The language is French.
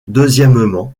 deuxièmement